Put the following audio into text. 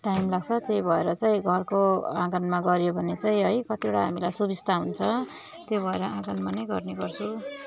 time लाग्छ त्यही भएर चाहिँ घरको आँगनमा गऱ्यो भने चाहिँ है कतिवटा हामीलाई सुविस्ता हुन्छ त्यही भएर आगनमा नै गर्ने गर्छु